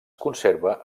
conserva